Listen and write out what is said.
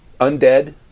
Undead